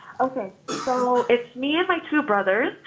okay, so it's me and my two brothers,